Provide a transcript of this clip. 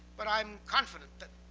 but i'm confident that